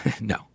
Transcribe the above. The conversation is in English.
No